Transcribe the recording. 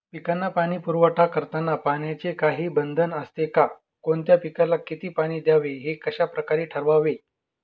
पिकांना पाणी पुरवठा करताना पाण्याचे काही बंधन असते का? कोणत्या पिकाला किती पाणी द्यावे ते कशाप्रकारे ठरवावे?